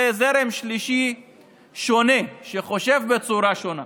זה זרם שלישי שונה שחושב בצורה שונה.